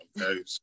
okay